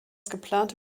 geplante